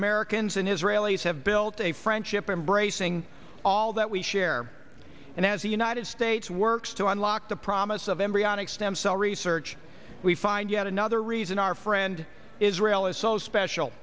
americans and israelis have built a friendship embracing all that we share and as the united states works to unlock the promise of embryonic stem cell research we find yet another reason our friend israel is so special